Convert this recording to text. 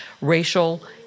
racial